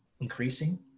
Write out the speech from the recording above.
increasing